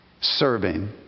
serving